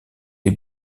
lès